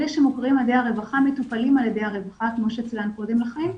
אלה שמוכרים על ידי הרווחה מטופלים על ידי הרווחה כמו שצוין קודם לכן,